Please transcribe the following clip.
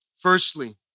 Firstly